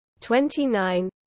29